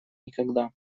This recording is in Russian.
никогда